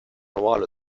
ruolo